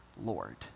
Lord